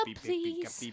please